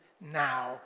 now